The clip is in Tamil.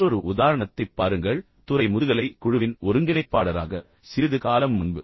மற்றொரு உதாரணத்தைப் பாருங்கள் துறை முதுகலை குழுவின் ஒருங்கிணைப்பாளராக சிறிது காலம் முன்பு